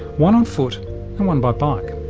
one on foot and one by bike.